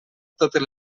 totes